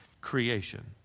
creation